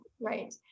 Right